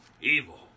evil